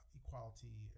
equality